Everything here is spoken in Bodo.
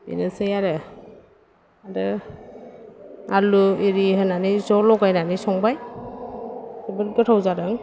बेनोसै आरो आरो आलु एरि होनानै ज' लगायनानैै संबाय जोबोद गोथाव जादों